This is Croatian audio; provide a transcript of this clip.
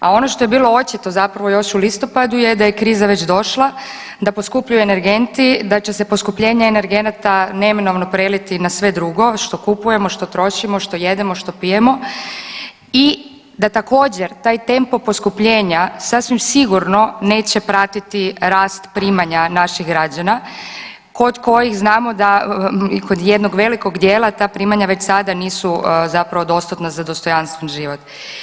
A ono što je bilo očito zapravo još u listopadu je da je kriza već došla, da poskupljuju energenti, da će se poskupljenje energenata neminovno preliti na sve drugo što kupujemo, što trošimo, što jedemo, što pijemo i da također taj tempo poskupljenja sasvim sigurno neće pratiti rast primanja naših građana kod kojih znamo da kod jednog velikog dijela ta primanja već sada nisu zapravo dostatna za dostojanstven život.